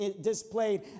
displayed